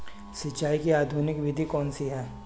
सिंचाई की आधुनिक विधि कौनसी हैं?